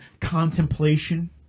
contemplation